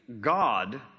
God